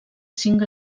cinc